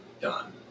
done